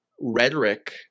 rhetoric